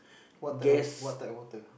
what type of what type of water